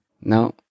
no